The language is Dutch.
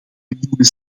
miljoenen